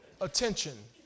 attention